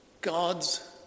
God's